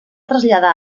traslladar